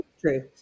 True